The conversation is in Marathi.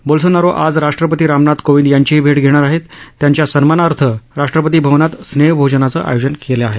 बोल्सोनारो आज राष्ट्रपती रामनाथ कोविंद यांचीही भैट घेणार आहेत त्यांच्या सन्मानार्थ राष्ट्रपती भवनात स्नेहभोजनाचं आयोजन केलं आहे